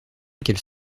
qu’elle